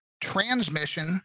Transmission